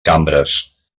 cambres